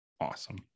awesome